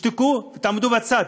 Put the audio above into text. תשתקו ותעמדו בצד,